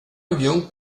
avião